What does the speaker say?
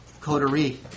coterie